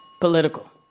Political